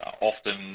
often